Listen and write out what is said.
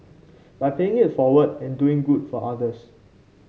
by paying it forward and doing good for others